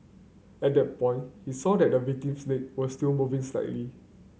at that point he saw that the victim's leg were still moving slightly